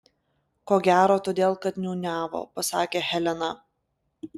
ko gero todėl kad niūniavo pasakė helena